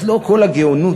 אז לא כל הגאונות